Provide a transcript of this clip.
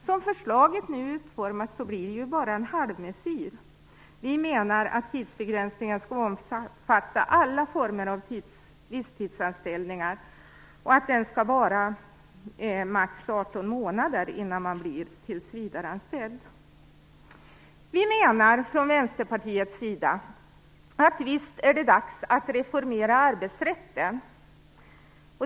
Som förslaget nu är utformat blir det bara en halvmesyr. Vi menar att tidsbegränsningar skall omfatta alla former av visstidsanställningar och att tidsgränsen skall vara maximalt 18 månader. Vi i Vänsterpartiet säger: Visst är det dags att reformera arbetsrätten.